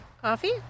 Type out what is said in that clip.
Coffee